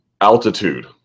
altitude